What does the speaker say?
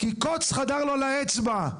קוץ חדר לו לאצבע,